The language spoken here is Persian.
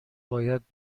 باید